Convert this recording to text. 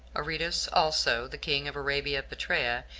aretas also, the king of arabia petrea,